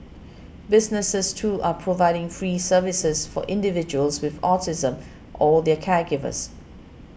businesses too are providing free services for individuals with autism or their caregivers